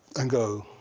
and go,